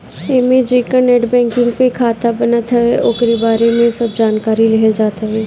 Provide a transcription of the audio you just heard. एमे जेकर net banking पे खाता बनत हवे ओकरी बारे में सब जानकारी लेहल जात हवे